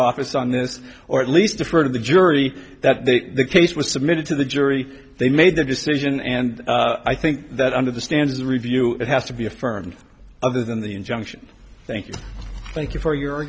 office on this or at least defer to the jury that the case was submitted to the jury they made the decision and i think that under the standards review it has to be affirmed other than the injunction thank you thank you for your